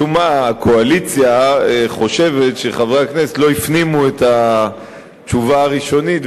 משום מה הקואליציה חושבת שחברי הכנסת לא הפנימו את התשובה הראשונית,